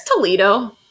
Toledo